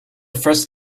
first